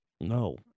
No